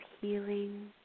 healing